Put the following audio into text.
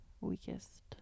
weakest